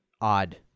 odd